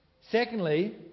Secondly